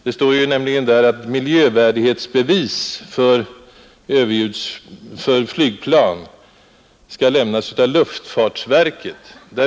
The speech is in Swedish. Det står där att miljövärdighetsbevis för flygplan skall finnas, om Kungl. Maj:t eller efter bemyndigande luftfartsverket föreskriver detta som villkor för registrering.